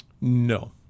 No